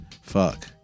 Fuck